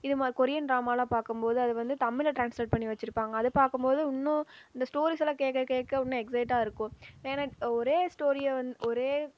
இது மாரி கொரியன் ட்ராமாயெலாம் பார்க்கம்போது அது வந்து தமிழில் ட்ரான்ஸ்லேட் பண்ணி வைச்சிருப்பாங்க அதை பார்க்கம்போது இன்னும் இந்த ஸ்டோரீஸெல்லாம் கேட்க கேட்க இன்னும் எக்சைட்டாக இருக்கும் ஏன்னால் ஒரே ஸ்டோரியை வந்து ஒரே